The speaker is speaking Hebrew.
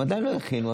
הם עדיין לא הכינו,